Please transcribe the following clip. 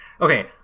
okay